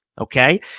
okay